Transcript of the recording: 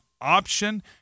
option